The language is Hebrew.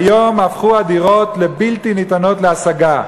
היום הפכו הדירות לבלתי ניתנות להשגה.